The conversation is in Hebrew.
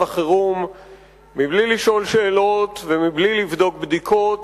החירום בלי לשאול שאלות ובלי לבדוק בדיקות,